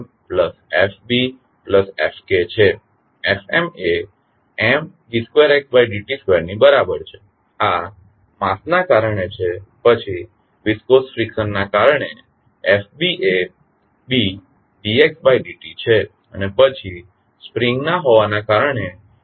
Fm એ Md 2xd t 2 ની બરાબર છે આ માસ ના કારણે છે પછી વીસ્કોસ ફ્રીકશન ના કારણે Fb એ Bd xd t છે અને પછી સ્પ્રિંગના હોવાના કારણે FkKx છે